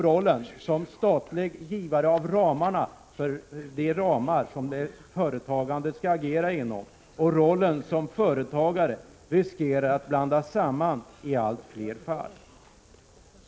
Rollen som statlig givare av de ramar som de företagande skall agera inom och rollen som företagare riskerar att blandas samman i allt fler fall.